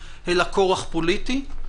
אלא כורח פוליטי.